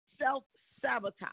self-sabotage